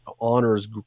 honors